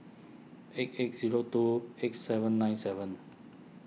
eight eight zero two eight seven nine seven